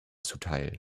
zuteil